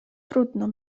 trudno